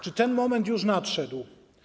Czy ten moment już nadszedł?